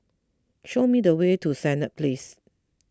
show me the way to Senett Place